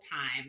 time